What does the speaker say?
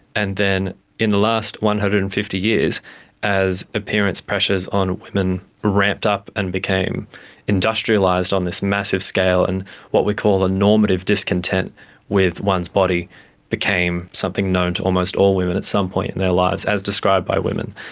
and then in the last one hundred and fifty years as appearance pressures on women ramped up and became industrialised on this massive scale and what we call a normative discontent with one's body became something known to almost all women at some point in their lives, as described by women,